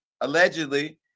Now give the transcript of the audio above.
allegedly